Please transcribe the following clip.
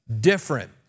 different